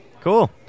Cool